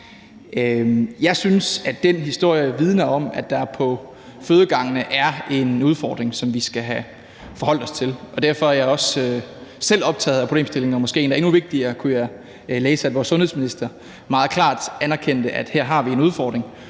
Jeg synes, at den historie vidner om, at der på fødegangene er en udfordring, som vi skal have forholdt os til, og derfor er jeg også selv optaget af problemstillingen. Og hvad der måske endda er endnu vigtigere, har jeg også kunnet læse, at vores sundhedsminister meget klart har anerkendt, at vi her har en udfordring,